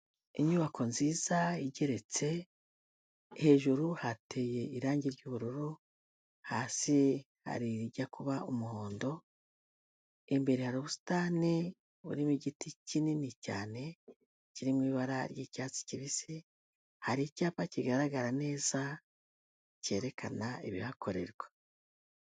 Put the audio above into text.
Inyubako nziza igeretse, hejuru hateye irangi ry'ubururu, hasi hari irijya kuba umuhondo, imbere hari ubusitani, burimo igiti kinini cyane kirimo ibara ry'icyatsi kibisi, hari icyapa kigaragara neza cyerekana ibihakorerwa.